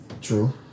True